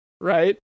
right